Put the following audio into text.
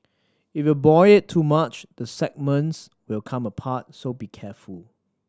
if you boil it too much the segments will come apart so be careful